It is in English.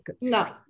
no